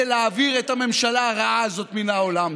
להעביר את הממשלה הרעה הזאת מן העולם.